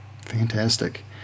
Fantastic